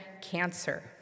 cancer